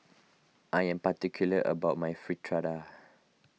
I am particular about my Fritada